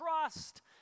trust